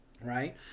right